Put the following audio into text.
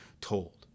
told